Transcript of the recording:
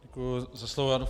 Děkuji za slovo.